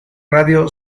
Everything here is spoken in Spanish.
radio